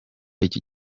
iki